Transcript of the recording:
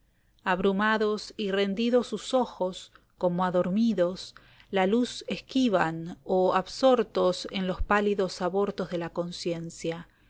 abrumados y rendidos sus ojos como adormidos la luz esquivan o absortos en los pálidos abortos de la conciencia